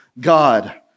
God